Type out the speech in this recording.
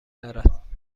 دارد